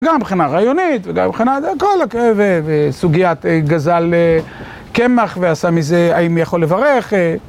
גם מבחינה רעיונית, וגם מבחינה... וסוגיית גזל קמח, ועשה מזה... האם יכול לברך